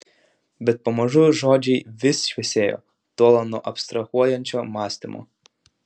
bet pamažu žodžiai vis šviesėjo tolo nuo abstrahuojančio mąstymo